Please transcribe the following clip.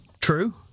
True